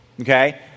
okay